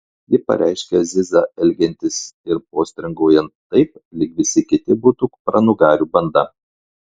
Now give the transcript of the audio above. ji pareiškė azizą elgiantis ir postringaujant taip lyg visi kiti būtų kupranugarių banda